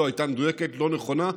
לא הייתה מדויקת ולא נכונה.